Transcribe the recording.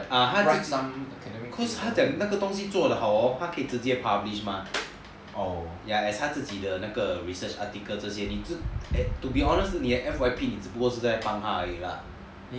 ah cause 他讲因为那个东西做的好 hor 他可以自接 publish mah ya as 他自己的那个 research article 这些 and to be honest 你的 F_Y_P 子不过是在帮他而已 lah